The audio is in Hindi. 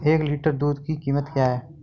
एक लीटर दूध की कीमत क्या है?